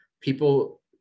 people